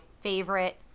favorite